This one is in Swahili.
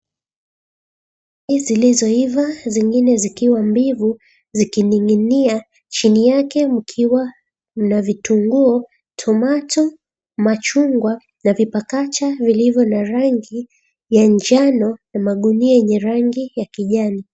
Ndizi zilizoiva zengine zikiwa mbivu zikininginia, chini yake mkiwa na vitunguu, [tomato], machungwa na vipakacha vilivyo na rangi ya njano na magunia yenye rangi ya kijani.